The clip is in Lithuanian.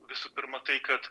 visų pirma tai kad